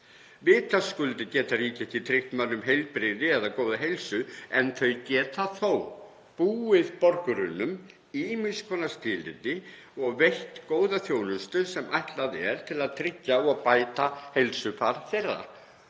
Vitaskuld geta ríki ekki tryggt mönnum heilbrigði eða góða heilsu en þau geta þó búið borgurunum ýmiss konar skilyrði og veitt góða þjónustu sem ætlað er að tryggja og bæta heilsufar þeirra.“